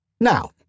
Now